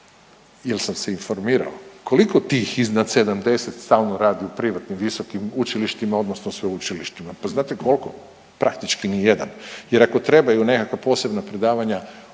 jer sam se informirao koliko tih iznad 70 stalno rade u privatnim visokim učilištima odnosno sveučilištima. Pa znate koliko? Praktički ni jedan, jer ako trebaju nekakva posebna predavanja